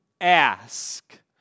ask